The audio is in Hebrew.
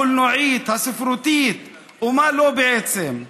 הקולנועית, הספרותית, ומה לא, בעצם,